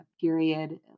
period